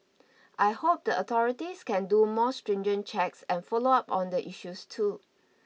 I hope the authorities can do more stringent checks and follow up on the issue too